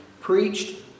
preached